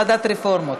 ועדת הרפורמות,